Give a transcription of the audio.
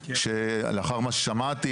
לאחר מה ששמעתי,